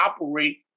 operate